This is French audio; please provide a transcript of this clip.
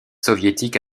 soviétique